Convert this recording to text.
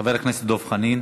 חבר הכנסת דב חנין.